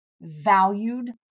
valued